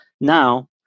Now